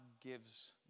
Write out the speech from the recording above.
gives